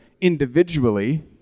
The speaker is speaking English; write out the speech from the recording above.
individually